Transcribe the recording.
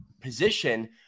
position